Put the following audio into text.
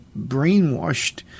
brainwashed